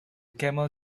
camel